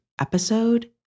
Episode